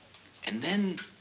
and then,